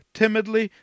timidly